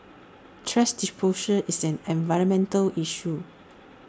thrash disposal is an environmental issue